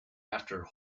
after